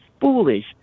foolish